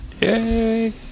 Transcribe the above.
Yay